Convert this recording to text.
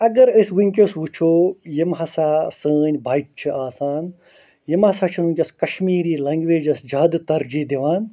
اگر أسۍ وُنکٮ۪س وُچھو یِم ہَسا سٲنۍ بَچہِ چھِ آسان یِم ہَسا چھِ نہٕ وُنکٮ۪س کَشمیٖری لنگویجَس زیادٕ تَرجیح دِوان